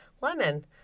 lemon